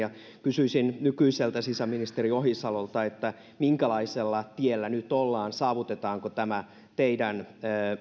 kysyisin nykyiseltä sisäministeriltä ohisalolta minkälaisella tiellä nyt ollaan saavutetaanko tämä teidän